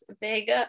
big